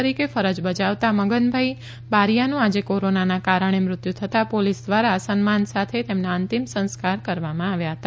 તરીકે ફરજ બજાવતા મગનભાઇ બારિયાનું આજે કોરોનાને કારણે મૃત્યુ થતાં તેમને પોલીસ દ્વારા સન્માન સાથે તેમના અંતિમસંસ્કાર કરવામાં આવ્યા હતા